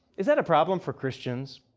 is that a problem for christians?